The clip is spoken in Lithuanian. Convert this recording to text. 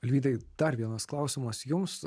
alvydai dar vienas klausimas jums